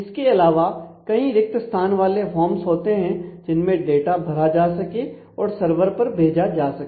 इसके अलावा कई रिक्त स्थान वाले फॉर्म्स होते हैं जिनमें डाटा भरा जा सके और सर्वर पर भेजा जा सके